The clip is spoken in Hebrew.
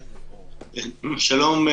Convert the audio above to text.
שלום,